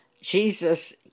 Jesus